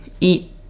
eat